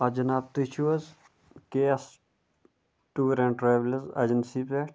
آ جِناب تُہۍ چھِو حظ K S tour and travels agency پٮ۪ٹھ